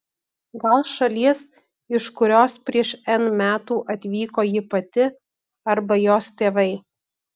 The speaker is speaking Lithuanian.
gal šalies iš kurios prieš n metų atvyko ji pati arba jos tėvai